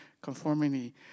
conformity